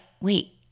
wait